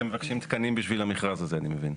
אתם מבקשים תקנים בשביל המכרז הזה, אני מבין.